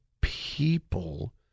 people